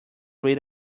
rid